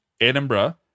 Edinburgh